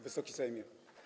Wysoki Sejmie!